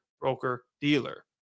broker-dealer